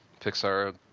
Pixar